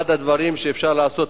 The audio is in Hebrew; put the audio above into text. אחד הדברים שאפשר לעשות,